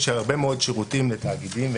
יש הרבה מאוד שירותים לתאגידים,